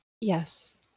yes